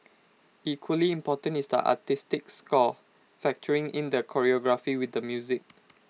equally important is the artistic score factoring in the choreography with the music